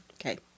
Okay